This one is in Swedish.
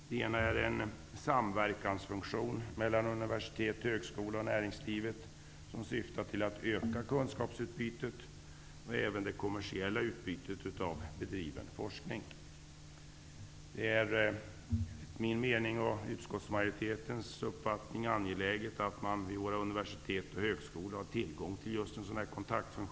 Det ena är en samverkansfunktion mellan universitet och högskolor och näringslivet. Den syftar till att öka kunskapsutbytet och även det kommersiella utbytet av bedriven forskning. Enligt min och utskottsmajoritens uppfattning är det angeläget att man har tillgång till en sådan kontaktfunktion vid våra universitet och högskolor.